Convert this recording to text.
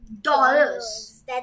dollars